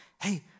hey